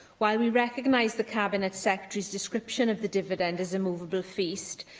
while we recognise the cabinet secretary's description of the dividend as a'moveable feast',